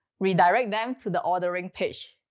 redirect them to the ordering page.